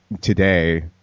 today